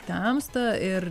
temsta ir